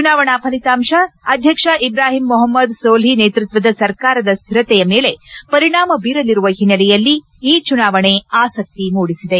ಚುನಾವಣಾ ಫಲಿತಾಂಶ ಅಧ್ಯಕ್ಷ ಇಬ್ರಾಹಿಂ ಮೊಹಮ್ಮದ್ ಸೊಲ್ಡಿ ನೇತೃತ್ವದ ಸರ್ಕಾರದ ಸ್ಥಿರತೆಯ ಮೇಲೆ ಪರಿಣಾಮ ಬೀರಲಿರುವ ಹಿನ್ನೆಲೆಯಲ್ಲಿ ಈ ಚುನಾವಣೆ ಆಸಕ್ತಿ ಮೂಡಿಸಿದೆ